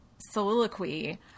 soliloquy